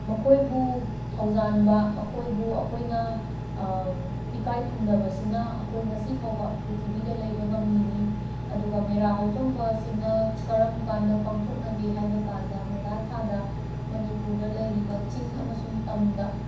ꯃꯈꯣꯏꯕꯨ ꯊꯧꯖꯥꯟꯕ ꯃꯈꯣꯏꯕꯨ ꯑꯩꯈꯣꯏꯅ ꯏꯀꯥꯏ ꯈꯨꯝꯅꯕꯁꯤꯅ ꯑꯩꯈꯣꯏ ꯉꯁꯤ ꯐꯥꯎꯕ ꯄ꯭ꯔꯤꯊꯤꯕꯤꯗ ꯂꯩꯕ ꯉꯝꯂꯤꯅꯤ ꯑꯗꯨꯒ ꯃꯦꯔꯥ ꯍꯧꯆꯣꯡꯕꯁꯤꯅ ꯀꯔꯝ ꯀꯥꯟꯗ ꯄꯥꯡꯊꯣꯛꯅꯒꯦ ꯍꯥꯏꯕ ꯀꯥꯟꯗ ꯃꯦꯔꯥ ꯊꯥꯗ ꯃꯅꯤꯄꯨꯔꯗ ꯂꯩꯔꯤꯕ ꯆꯤꯡ ꯑꯃꯁꯨꯡ ꯇꯝꯗ